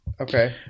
Okay